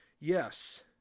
Yes